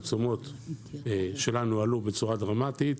התשומות שלנו עלו בצורה דרמטית,